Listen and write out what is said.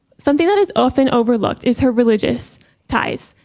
something that is often overlooked is her religious ties.